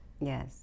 Yes